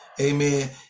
amen